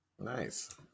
Nice